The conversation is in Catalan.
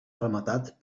rematat